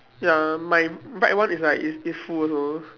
ya my right one is like is is full also